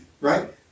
right